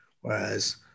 whereas